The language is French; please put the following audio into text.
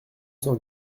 cent